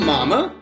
Mama